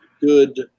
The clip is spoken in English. good